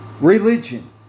Religion